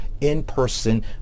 in-person